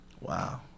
Wow